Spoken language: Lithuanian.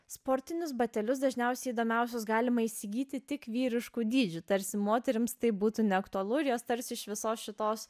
sportinius batelius dažniausiai įdomiausius galima įsigyti tik vyriškų dydžių tarsi moterims tai būtų neaktualu ir jos tarsi iš visos šitos